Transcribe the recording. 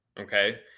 okay